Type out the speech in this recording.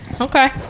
okay